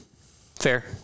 Fair